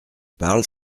parle